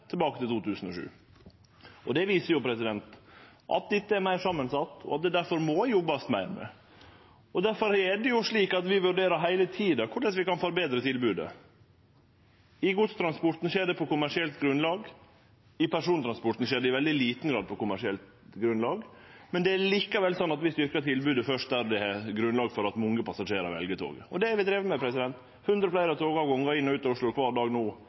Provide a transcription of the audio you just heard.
tilbake til 2007. Det viser at dette er meir samansett og difor må jobbast meir med. Difor er det slik at vi heile tida vurderer korleis vi kan forbetre tilbodet. I godstransporten skjer det på kommersielt grunnlag, i persontransporten skjer det i veldig liten grad på kommersielt grunnlag. Men det er likevel sånn at vi skal auke tilbodet først der det er grunnlag for at mange passasjerar vel tog. Det har vi drive med – hundre fleire togavgangar inn og ut av Oslo kvar dag no